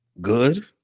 good